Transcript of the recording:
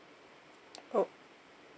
oh